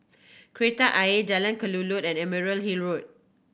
Kreta Ayer Jalan Kelulut and Emerald Hill Road